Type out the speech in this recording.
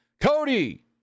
Cody